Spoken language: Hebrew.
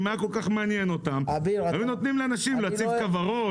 אם זה היה כל כך מעניין אותם הם היו נותנים לאנשים להציב כוורות,